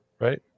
Right